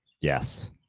Yes